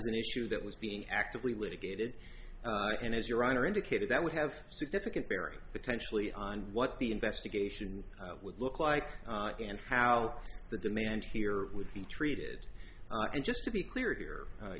was an issue that was being actively litigated and as your honor indicated that would have significant bearing potentially on what the investigation would look like and how the demand here would be treated and just to be clear here